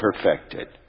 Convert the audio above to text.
perfected